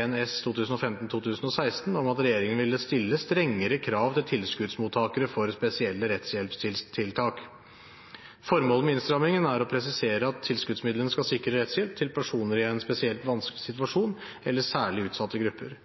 1 S for 2015–2016 om at regjeringen ville stille strengere krav til tilskuddsmottakere for spesielle rettshjelpstiltak. Formålet med innstrammingen er å presisere at tilskuddsmidlene skal sikre rettshjelp til personer i en spesielt vanskelig situasjon eller særlig utsatte grupper.